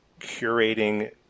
curating